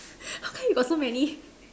why you got so many